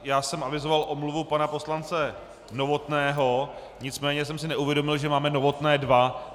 Já jsem avizoval omluvu pana poslance Novotného, nicméně jsem si neuvědomil, že máme Novotné dva.